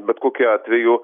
bet kokiu atveju